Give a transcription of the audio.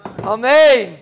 Amen